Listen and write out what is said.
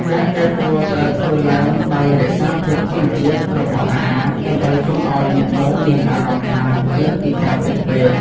ការកែពណ៌ត្រូវធ្វើឡើងដោយរក្សាភាពធម្មជាតិរបស់អាហារ ដើម្បីកុំឱ្យអ្នកមើលមានអារម្មណ៍ថាលើសពីការពិតពេក។